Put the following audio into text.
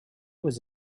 was